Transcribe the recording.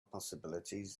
possibilities